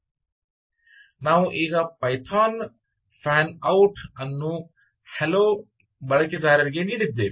ಆದ್ದರಿಂದ ನಾವು ಈಗ ಪೈಥಾನ್ ಕಳುಹಿಸುವ ಫ್ಯಾನ್ ಔಟ್ ಅನ್ನು ಹಲೋ ಬಳಕೆದಾರರಿಗೆ ನೀಡಿದ್ದೇವೆ